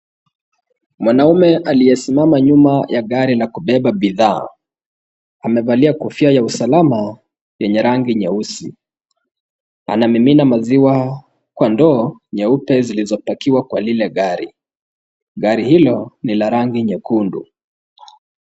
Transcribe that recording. Mwanaume aliyesimama nyuma ya gari la kubeba bidhaa. Amevalia kofia ya usalama yenye rangi nyeusi anamimina maziwa kwa ndoo nyeupe zilizopakiwa kwa lile gari. Gari hilo ni la rangi nyekundu.